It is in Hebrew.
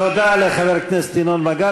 תודה לחבר הכנסת ינון מגל.